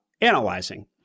analyzing